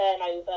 turnover